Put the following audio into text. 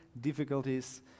difficulties